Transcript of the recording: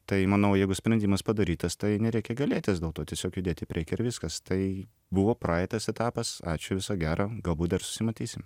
tai manau jeigu sprendimas padarytas tai nereikia gailėtis dėl to tiesiog judėt į priekį ir viskas tai buvo praeitas etapas ačiū viso gero galbūt dar susimatysim